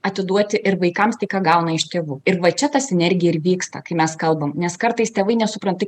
atiduoti ir vaikams tai ką gauna iš tėvų ir va čia tas energija ir vyksta kai mes kalbam nes kartais tėvai nesupranti